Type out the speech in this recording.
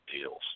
deals